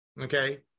okay